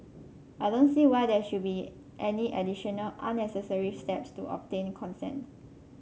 I don't see why there should be any additional unnecessary steps to obtain consent